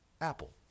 Apple